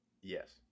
Yes